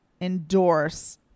endorse